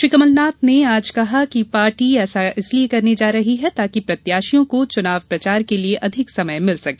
श्री कमलनाथ ने आज कहा कि पार्टी ऐसा इसीलिए करने जा रही है ताकि प्रत्याशियों को चुनाव प्रचार के लिए अधिक समय मिल सके